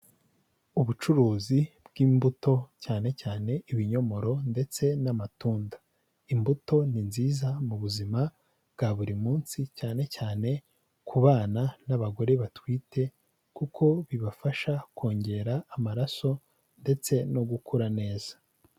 Ubucuruzi bw'imbuto cyane cyane ibinyomoro ndetse n'amatunda, imbuto ni nziza mu buzima bwa buri munsi cyane cyane ku bana n'abagore batwite, kuko bibafasha kongera amaraso ndetse no gukura neza.